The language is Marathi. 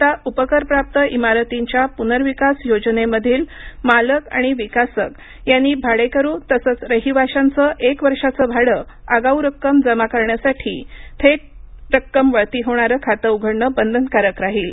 आता उपकरप्राप्त इमारतींच्या प्नर्विकास योजनेमधील मालक आणि विकासक यांनी भाडेकरु तसंच रहिवाशांचं एका वर्षाचं भाडं आगाऊ जमा करण्यासाठी थेट रक्कम वळती होणारं खातं उघडणं बंधनकारक राहील